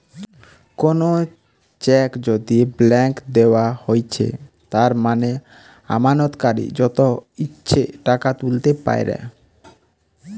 কোনো চেক যদি ব্ল্যাংক দেওয়া হৈছে তার মানে আমানতকারী যত ইচ্ছে টাকা তুলতে পাইরে